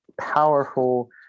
powerful